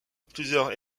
plusieurs